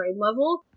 level